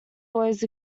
always